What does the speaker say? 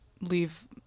leave